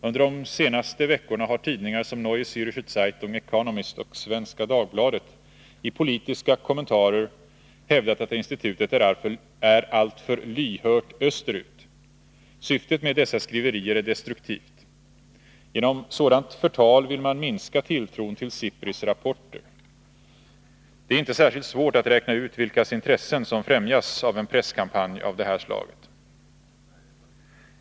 Under de senaste veckorna har tidningar som Neue Zärcher Zeitung, Economist och Svenska Dagbladet i politiska kommentarer hävdat att institutet är alltför lyhört österut. Syftet med dessa skriverier är destruktivt. Genom sådant förtal vill man minska tilltron till SIPRI:s rapporter. Det är inte särskilt svårt att räkna ut vilkas intressen som främjas av en presskampanj av detta slag.